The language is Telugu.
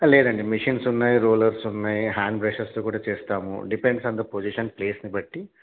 లేదండి మెషిన్స్ ఉన్నాయి రోలర్స్ ఉన్నాయి హ్యాండ్ బ్రషెస్తో కూడా చేస్తాము డిపెండ్స్ ఆన్ ద పొజిషన్ ప్లేస్ని బట్టి